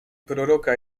proroka